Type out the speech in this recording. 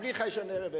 התנהלות אחרת,